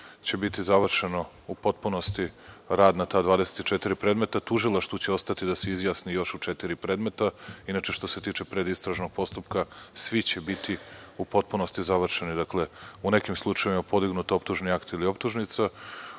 će biti završeno u potpunosti rad na ta 24 predmeta. Tužilaštvu će ostati da se još o četiri predmeta, inače, što se tiče predistražnog postupka svi će biti u potpunosti završeni, dakle, u nekim slučajevima je podignut optužni akt ili optužnica,